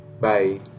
Bye